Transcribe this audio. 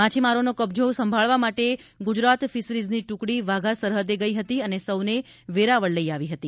માછીમારોનો કબજો સંભાળવા માટે ગુજરાત ફિશરીઝની ટુકડી વાઘા સરહદે ગઇ હતી અને સોને વેરાવળ લઇ આવી હતી